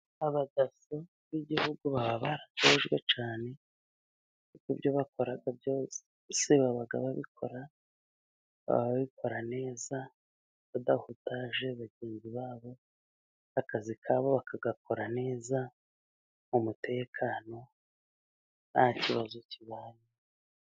Abadaso b'igihugu baba baba baratojwe cyane kuko ibyo bakora byose baba babikora neza badahutaje bagenzi babo, akazi kabo bakagakora neza mu mutekano nta kibazo kibaye.